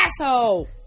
asshole